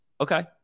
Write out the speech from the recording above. Okay